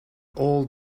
all